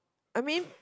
I mean